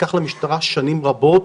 לקח למשטרה שנים רבות